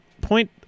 point